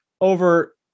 over